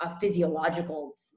physiological